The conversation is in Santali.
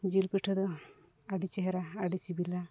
ᱡᱤᱞᱯᱤᱴᱷᱟᱹ ᱫᱚ ᱟᱹᱰᱤ ᱪᱮᱦᱨᱟ ᱟᱹᱰᱤ ᱥᱤᱵᱤᱞᱟ